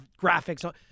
graphics